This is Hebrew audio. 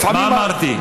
לפעמים, מה אמרתי?